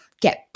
get